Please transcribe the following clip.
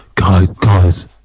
guys